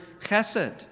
chesed